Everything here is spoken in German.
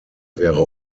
wäre